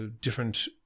different